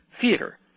theater